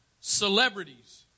celebrities